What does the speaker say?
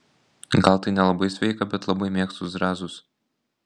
gal tai nelabai sveika bet labai mėgstu zrazus